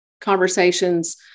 conversations